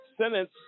sentence